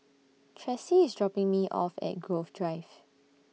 Tressie IS dropping Me off At Grove Drive